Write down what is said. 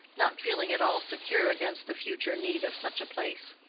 not feeling at all secure against the future need of such a place.